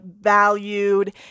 valued